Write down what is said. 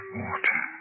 water